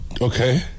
Okay